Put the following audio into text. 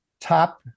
top